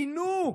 עינו,